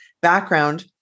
background